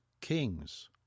kings—